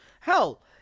hell